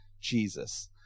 Jesus